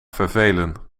vervelen